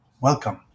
Welcome